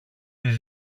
της